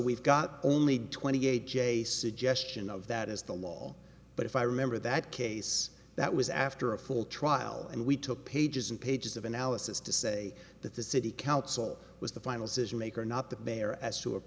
we've got only twenty eight j suggestion of that as the law but if i remember that case that was after a full trial and we took pages and pages of analysis to say that the city council was the final decision maker not the bear as